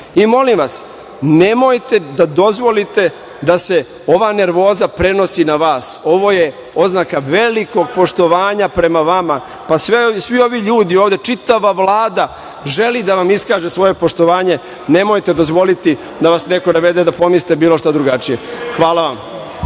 uradi. Molim vas, nemojte da dozvolite da se ova nervoza prenosi na vas. Ovo je oznaka velikog poštovanja prema vam, pa svi ovi ljudi ovde, čitava Vlada želi da vam iskaže svoje poštovanje, nemojte dozvoliti da vas neko navede da pomislite bilo šta drugačije. Hvala vam.